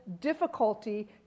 difficulty